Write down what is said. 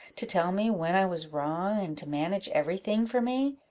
to tell me when i was wrong, and to manage every thing for me!